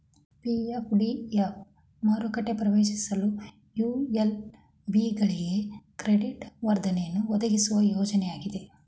PF DF ಮಾರುಕೆಟ ಪ್ರವೇಶಿಸಲು ULB ಗಳಿಗೆ ಕ್ರೆಡಿಟ್ ವರ್ಧನೆಯನ್ನು ಒದಗಿಸುವ ಯೋಜ್ನಯಾಗಿದೆ